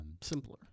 Simpler